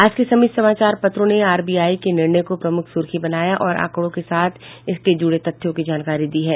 आज के सभी समाचार पत्रों ने आरबीआई के निर्णय को प्रमुख सूर्खी बनाया और आंकड़ों के साथ इससे जुड़े तथ्यों की जानकारी दी है